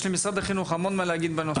למשרד החינוך יש הרבה מה להגיד בעניין,